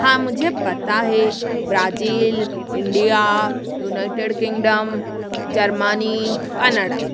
हाँ मुझे पता है Brazil India United Kingdom Germany Canada